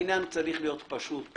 העניין צריך להיות פשוט.